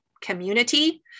community